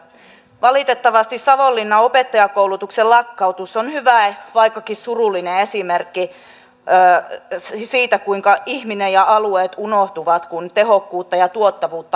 valitettavasti savonlinnan opettajankoulutuksen lakkautus on hyvä vaikkakin surullinen esimerkki siitä kuinka ihminen ja alueet unohtuvat kun tehokkuutta ja tuottavuutta haetaan